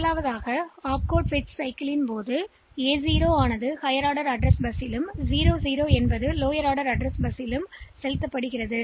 முதல் opcode cycle எங்களுக்கு உயர் வரிசை முகவரி பஸ்ஸில் A0 ஐ வழங்குகிறது மேலும் 00 லோயர் ஆர்டர் முகவரி பஸ்ஸில் உள்ளது